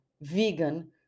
vegan